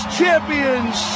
champions